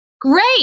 Great